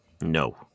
No